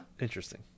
Interesting